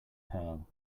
pearl